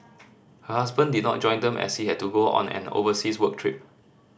her husband did not join them as he had to go on an overseas work trip